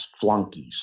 flunkies